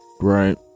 right